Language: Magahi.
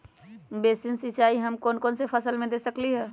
बेसिन सिंचाई हम कौन कौन फसल में दे सकली हां?